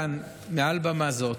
אני מבקש כאן, מעל במה זו,